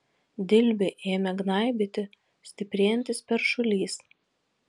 dilbį ėmė gnaibyti stiprėjantis peršulys